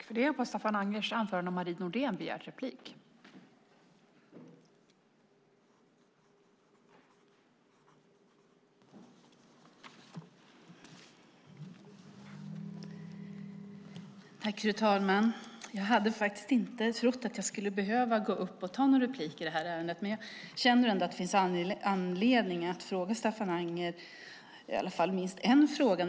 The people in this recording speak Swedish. Fru talman! Jag hade inte trott att jag skulle behöva gå upp och ta någon replik i det här ärendet, men jag känner ändå att det finns anledning att ställa minst en fråga till Staffan Anger.